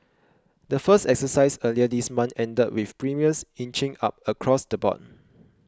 the first exercise earlier this month ended with premiums inching up across the board